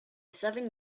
seven